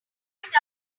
find